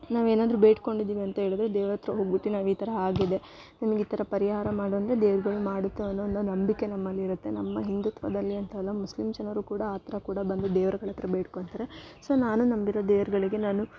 ನಾವೇನಾದರೂ ಬೇಡ್ಕೊಂಡಿದ್ದೀವಿ ಅಂತ ಹೇಳದ್ರೆ ದೇವ್ರ ಹತ್ರ ಹೋಗಿಬಿಟ್ಟು ನಾವು ಈ ಥರ ಆಗಿದೆ ನಮ್ಗೆ ಈ ಥರ ಪರಿಹಾರ ಮಾಡಂದರೆ ದೇವ್ರ್ಗಳು ಮಾಡುತ್ತೆ ಅನ್ನೋ ನ ನಂಬಿಕೆ ನಮ್ಮಲ್ಲಿರುತ್ತೆ ನಮ್ಮ ಹಿಂದುತ್ವದಲ್ಲಿ ಅಂತಲ್ಲ ಮುಸ್ಲಿಂ ಜನರು ಕೂಡ ಆ ತರ ಕೂಡ ಬಂದು ದೇವ್ರ್ಗಳ ಹತ್ರ ಬೇಡಿಕೊಳ್ತಾರೆ ಸೊ ನಾನು ನಂಬಿರೋ ದೇವ್ರುಗಳಿಗೆ ನಾನು